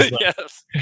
Yes